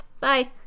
Bye